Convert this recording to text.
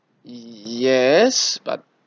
yes but